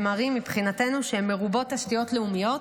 הן ערים שמבחינתנו הן מרובות תשתיות לאומיות.